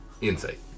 Insight